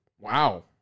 wow